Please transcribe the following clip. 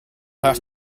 have